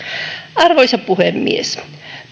arvoisa puhemies